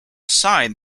sign